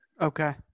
Okay